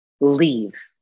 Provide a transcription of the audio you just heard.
leave